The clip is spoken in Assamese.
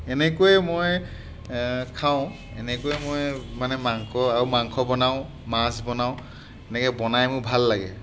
এনেকৈয়ে মই খাওঁ এনেকৈয়ে মই মানে মাংস আৰু মাংস বনাওঁ মাছ বনাওঁ এনেকৈ বনাই মোৰ ভাল লাগে